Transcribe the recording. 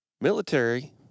Military